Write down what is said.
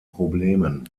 problemen